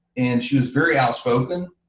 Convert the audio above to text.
and she was very outspoken,